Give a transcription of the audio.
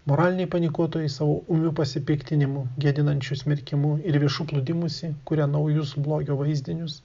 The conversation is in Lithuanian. moraliniai panikuotojai savo ūmiu pasipiktinimu gėdinančiu smerkimu ir viešu plūdimusi kuria naujus blogio vaizdinius